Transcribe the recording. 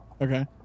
Okay